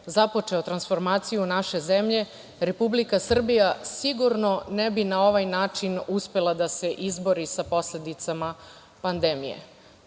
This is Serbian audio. započeo transformaciju naše zemlje, Republika Srbija sigurno ne bi na ovaj način uspela da se izbori sa posledicama pandemije. Nakon